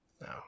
No